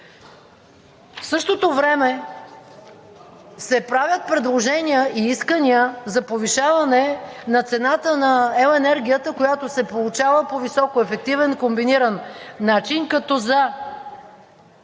В същото време се правят предложения и искания за повишаване на цената на електроенергията, която се получава по високоефективен, комбиниран начин, като за